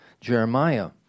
Jeremiah